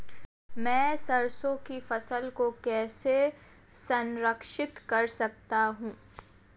मैं सरसों की फसल को कैसे संरक्षित कर सकता हूँ?